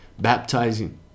baptizing